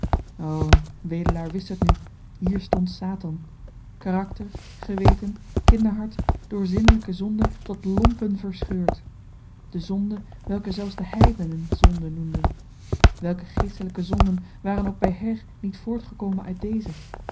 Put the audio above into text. wedelaar wist het nu hier stond satan karakter geweten kinderhart door zinnelijke zonde tot lompen verscheurd de zonde welke zelfs de heidenen zonde noemden welk geestelijke zonden waren ook bij her niet voortgekomen uit deze